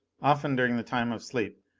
often during the time of sleep,